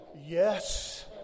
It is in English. Yes